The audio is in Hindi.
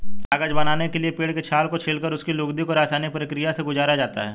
कागज बनाने के लिए पेड़ के छाल को छीलकर उसकी लुगदी को रसायनिक प्रक्रिया से गुजारा जाता है